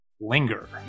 linger